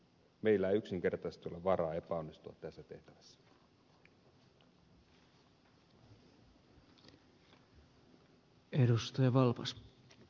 meillä ei yksinkertaisesti ole varaa epäonnistua tässä tehtävässä